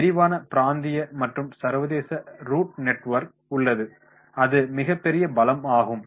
விரிவான பிராந்திய மற்றும் சர்வதேச ரூட் நெட்வொர்க் உள்ளது அது மிக பெரிய பலமாகும்